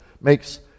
makes